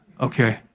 Okay